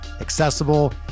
accessible